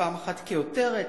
פעם אחת כעותרת,